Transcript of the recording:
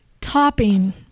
topping